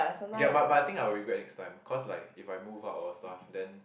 okay ah but but I think I will regret next time cause like if I move out or stuff then